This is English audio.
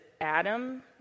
Adam